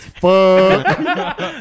fuck